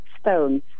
stones